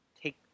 take